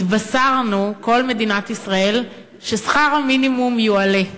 התבשרנו, כל מדינת ישראל, ששכר המינימום יועלה,